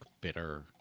bitter